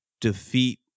defeat